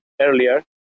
earlier